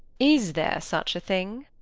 is there such a thing?